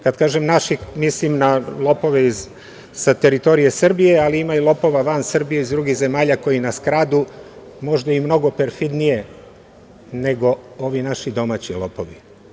Kada kažem naših, mislim na lopove sa teritorije Srbije, ali ima i lopova van Srbije iz drugih zemalja koji nas kradu možda i mnogo perfidnije nego ovi naši domaći lopovi.